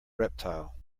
reptile